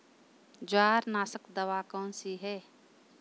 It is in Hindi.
जवार नाशक दवा कौन सी है?